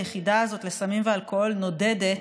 היחידה הזאת לסמים ואלכוהול נודדת.